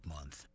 Month